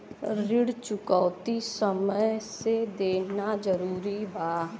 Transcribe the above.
ऋण चुकौती समय से देना जरूरी बा?